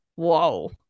Whoa